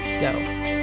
Go